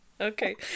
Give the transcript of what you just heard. Okay